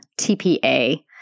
TPA